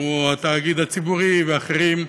כמו התאגיד הציבורי ואחרים,